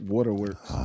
Waterworks